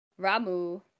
Ramu